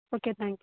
okay thanks